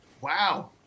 Wow